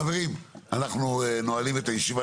חברים, אנחנו נועלים את הישיבה.